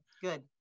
Good